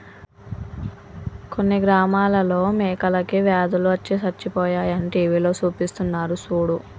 కొన్ని గ్రామాలలో మేకలకి వ్యాధులు అచ్చి సచ్చిపోయాయి అని టీవీలో సూపిస్తున్నారు సూడు